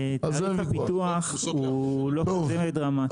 תהליך הפיתוח הוא לא כזה דרמטי.